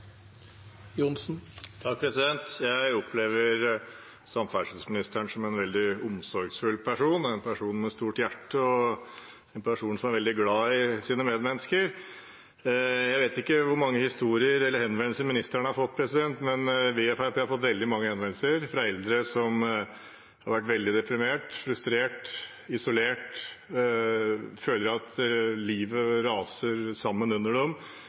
Jeg opplever samferdselsministeren som en veldig omsorgsfull person, en person med et stort hjerte, og som er veldig glad i sine medmennesker. Jeg vet ikke hvor mange historier han har hørt eller hvor mange henvendelser statsråden har fått, men vi i Fremskrittspartiet har fått veldig mange henvendelser fra eldre som har vært veldig deprimerte, frustrerte og isolerte. De føler at livet raser sammen rundt dem.